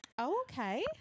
okay